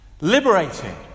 Liberating